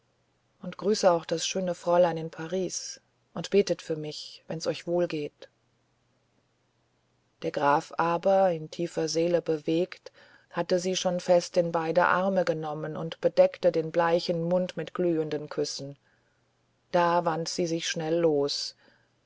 und grüße auch das schöne fräulein in paris und betet für mich wenn's euch wohl geht der graf aber in tiefster seele bewegt hatte sie schon fest in beide arme genommen und bedeckte den bleichen mund mit glühenden küssen da wand sie sich schnell los